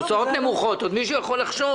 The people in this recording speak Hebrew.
"הוצאות נמוכות" עוד מישהו יכול לחשוב